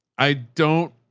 i don't,